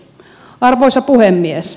arvoisa puhemies